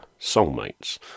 soulmates